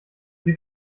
sie